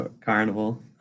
Carnival